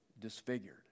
disfigured